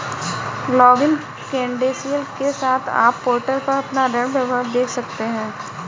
login credential के साथ, आप पोर्टल पर अपना ऋण विवरण देख सकते हैं